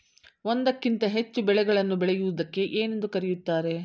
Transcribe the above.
ಒಂದಕ್ಕಿಂತ ಹೆಚ್ಚು ಬೆಳೆಗಳನ್ನು ಬೆಳೆಯುವುದಕ್ಕೆ ಏನೆಂದು ಕರೆಯುತ್ತಾರೆ?